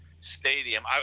stadium